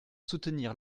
soutenir